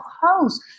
house